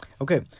okay